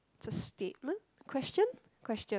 is a statement question question